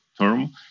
term